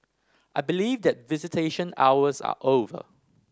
I believe that visitation hours are over